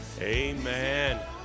Amen